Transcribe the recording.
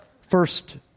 first